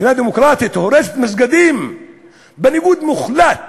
מדינה דמוקרטית הורסת מסגדים בניגוד מוחלט